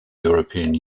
european